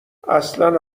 اصلن